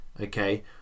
okay